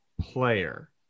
player